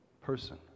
person